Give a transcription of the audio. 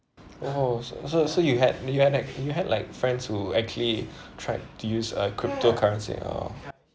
oh so so you had you had at you had like friends who actually tried to use a cryptocurrency or